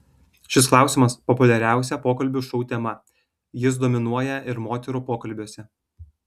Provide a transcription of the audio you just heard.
šis klausimas populiariausia pokalbių šou tema jis dominuoja ir moterų pokalbiuose